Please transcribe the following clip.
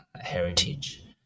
heritage